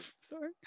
Sorry